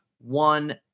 one